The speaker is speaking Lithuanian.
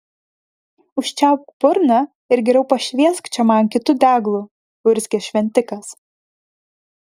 užčiaupk burną ir geriau pašviesk čia man kitu deglu urzgė šventikas